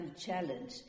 challenge